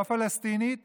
לא פלסטינית